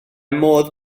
modd